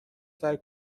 سعی